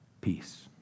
peace